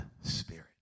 spirit